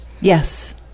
Yes